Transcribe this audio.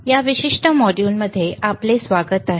या विशिष्ट मॉड्यूलमध्ये आपले स्वागत आहे